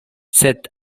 sed